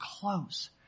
close